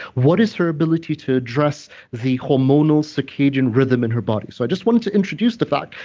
what is her ability to address the hormonal circadian rhythm in her body? so, i just wanted to introduce the fact,